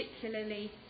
particularly